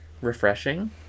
refreshing